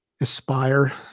aspire